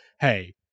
hey